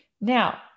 Now